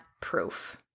Proof